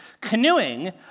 canoeing